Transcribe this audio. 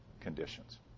conditions